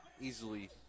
easily